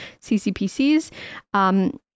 CCPCs